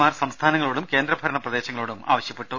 R ഉപയോഗം സംസ്ഥാനങ്ങളോടും കേന്ദ്ര ഭരണ പ്രദേശങ്ങളോടും ആവശ്യപ്പെട്ടു